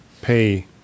Pay